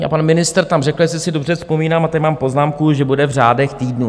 A pan ministr tam řekl jestli si dobře vzpomínám, a tady mám poznámku že bude v řádech týdnů.